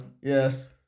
Yes